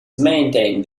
maintained